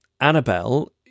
Annabelle